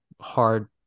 hard